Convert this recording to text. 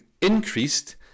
increased